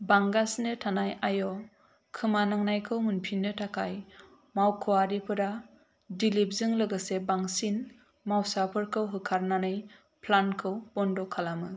बांगासिनो थानाय आय खोमानांनायखौ मोनफिननो थाखाय मावख'आरिफोरा दिलीपजों लोगोसे बांसिन मावसाफोरखौ होखारनानै प्लान्टखौ बन्द' खालामो